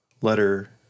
letter